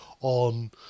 on